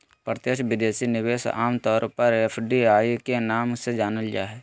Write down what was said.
प्रत्यक्ष विदेशी निवेश आम तौर पर एफ.डी.आई के नाम से जानल जा हय